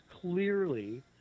clearly